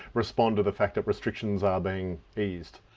respond to the fact that restrictions are being eased?